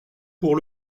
pour